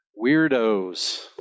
Weirdos